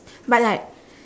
but like